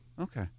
Okay